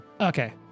Okay